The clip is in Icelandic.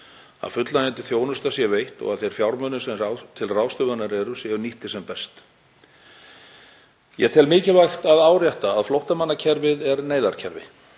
að fullnægjandi þjónusta sé veitt og að þeir fjármunir sem til ráðstöfunar eru séu nýttir sem best. Ég tel mikilvægt að árétta að flóttamannakerfið er neyðarkerfi,